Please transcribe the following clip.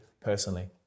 personally